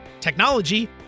technology